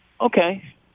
Okay